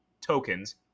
tokens